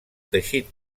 teixit